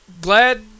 glad